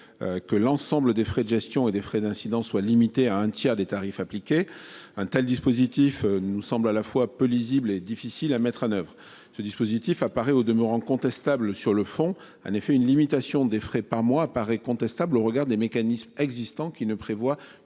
que l'ensemble des frais de gestion et des frais d'incident soit limité à un tiers des tarifs appliqués. Un tel dispositif nous semble à la fois peu lisible et difficile à mettre en oeuvre ce dispositif apparaît au demeurant contestable sur le fond en effet une limitation des frais par mois apparaît contestable au regard des mécanismes existants qui ne prévoit que